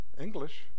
English